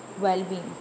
well-being